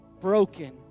broken